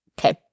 Okay